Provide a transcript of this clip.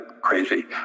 crazy